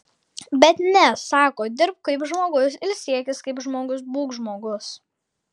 bet ne sako dirbk kaip žmogus ilsėkis kaip žmogus būk žmogus